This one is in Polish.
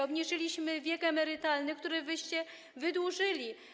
Obniżyliśmy wiek emerytalny, który wyście wydłużyli.